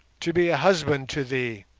to be a husband to thee,